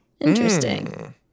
Interesting